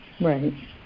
Right